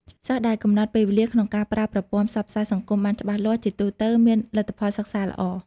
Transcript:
សិស្សដែលកំណត់ពេលវេលាក្នុងការប្រើប្រព័ន្ធផ្សព្វផ្សាយសង្គមបានច្បាស់លាស់ ជាទូទៅមានលទ្ធផលសិក្សាល្អ។